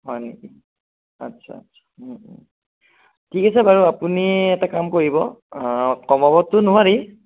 হয় নেকি আচ্ছা ঠিক আছে বাৰু আপুনি এটা কাম কৰিব কমাবটো নোৱাৰি